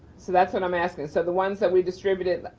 so that's what i'm asking. so the ones that we distributed.